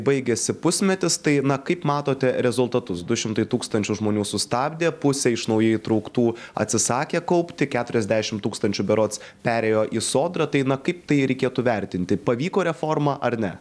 baigiasi pusmetis tai na kaip matote rezultatus du šimtai tūkstančių žmonių sustabdė pusė iš naujai įtrauktų atsisakė kaupti keturiasdešim tūkstančių berods perėjo į sodrą tai na kaip tai reikėtų vertinti pavyko reforma ar ne